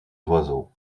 oiseaux